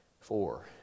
Four